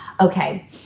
Okay